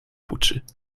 poetsen